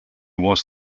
was